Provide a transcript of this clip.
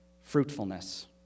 fruitfulness